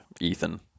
Ethan